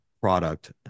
product